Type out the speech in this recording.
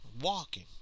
Walking